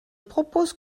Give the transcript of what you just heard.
propose